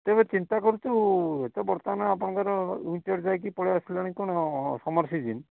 ତେବେ ଚିନ୍ତା କରୁଛୁ ଏବେ ତ ବର୍ତ୍ତମାନ ଆପଣଙ୍କର ଉଇଣ୍ଟର୍ ଯାଇକି ପଳେଇ ଆସିଲାଣି କ'ଣ ସମର୍ ସିଜିନ୍